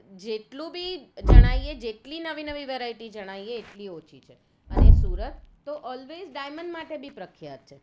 જેટલું બી જણાવીએ જેટલી નવી નવી વેરાઇટી જણાવીએ એટલી ઓછી છે અને સુરત તો ઓલ્વેઝ ડાયમંડ માટે બી પ્રખ્યાત છે